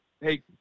Hey